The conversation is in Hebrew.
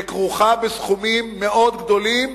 וכרוכה בסכומים מאוד גדולים,